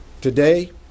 today